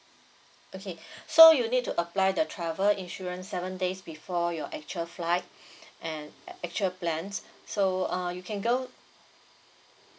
okay so you need to apply the travel insurance seven days before your actual flight and ac~ actual plans so uh you can go